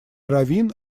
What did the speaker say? раввин